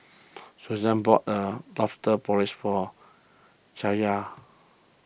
Susann bought a Lobster Porridge for Chaya